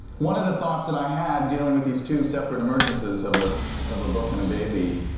one of the thoughts that i had dealing with these two separate emergences of ah of a book and a baby,